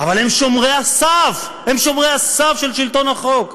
אבל הם שומרי הסף, הם שומרי הסף של שלטון החוק.